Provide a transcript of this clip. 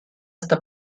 esta